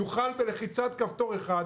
יוכל בלחיצת כפתור אחת,